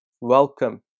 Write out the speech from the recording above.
Welcome